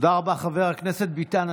תודה רבה, חבר הכנסת ביטן.